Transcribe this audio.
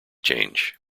change